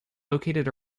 located